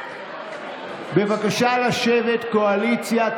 בבקשה לשבת, קואליציה.